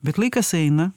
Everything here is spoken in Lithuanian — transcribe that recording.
bet laikas eina